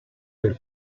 del